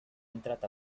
entrat